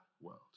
world